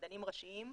מדענים ראשיים,